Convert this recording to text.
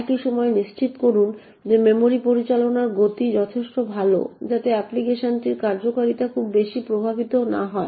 একই সময়ে নিশ্চিত করুন যে মেমরি পরিচালনার গতি যথেষ্ট ভাল যাতে অ্যাপ্লিকেশনটির কার্যকারিতা খুব বেশি প্রভাবিত না হয়